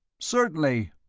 certainly.